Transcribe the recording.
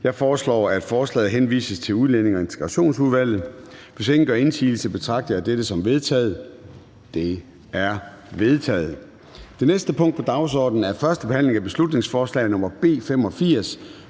til folketingsbeslutning henvises til Udlændinge- og Integrationsudvalget. Og hvis ingen gør indsigelse, betragter jeg det som vedtaget. Det er vedtaget. --- Det næste punkt på dagsordenen er: 13) 1. behandling af beslutningsforslag nr.